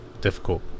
difficult